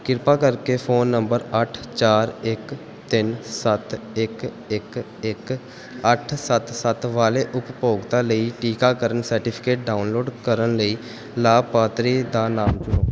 ਕਿਰਪਾ ਕਰਕੇ phone number ਅੱਠ ਚਾਰ ਇੱਕ ਤਿੰਨ ਸੱਤ ਇੱਕ ਇੱਕ ਇੱਕ ਅੱਠ ਸੱਤ ਸੱਤ ਵਾਲੇ ਉਪਭੋਗਤਾ ਲਈ ਟੀਕਾਕਰਨ ਸਰਟੀਫਿਕੇਟ ਡਾਊਨਲੋਡ ਕਰਨ ਲਈ ਲਾਭਪਾਤਰੀ ਦਾ ਨਾਮ ਚੁਣੋ